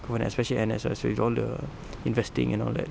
come on especially N_S right so with all the investing and all that